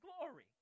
glory